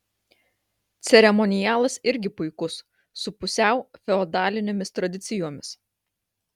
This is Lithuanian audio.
ceremonialas irgi puikus su pusiau feodalinėmis tradicijomis